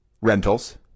rentals